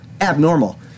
abnormal